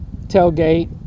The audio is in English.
tailgate